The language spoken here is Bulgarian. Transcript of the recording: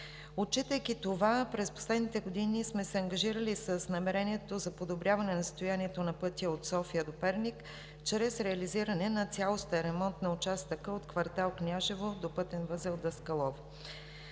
Отчитайки това, през последните години сме се ангажирали с намерението за подобряване на състоянието на пътя от София до Перник чрез реализиране на цялостен ремонт на участъка от квартал „Княжево“ до пътен възел „Даскалово“.